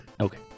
Okay